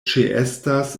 ĉeestas